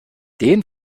den